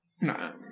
No